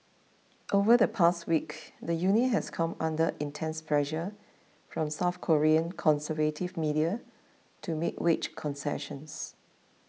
over the past week the union has come under intense pressure from South Korean conservative media to make wage concessions